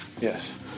Yes